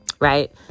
right